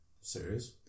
Serious